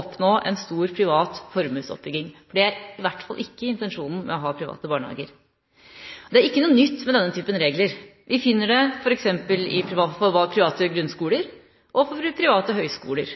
oppnå en stor privat formuesoppbygging. Det er i hvert fall ikke intensjonen med å ha private barnehager. Denne typen regler er ikke noe nytt. Vi finner det f.eks. for private grunnskoler og for private høyskoler.